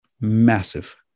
Massive